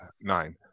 nine